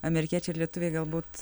amerikiečiai ir lietuviai galbūt